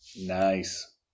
Nice